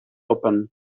open